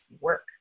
work